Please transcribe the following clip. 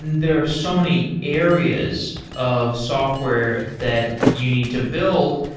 there are so many areas of software that you need to build.